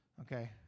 okay